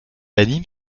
anime